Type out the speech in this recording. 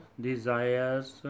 desires